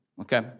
Okay